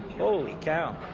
holy cow.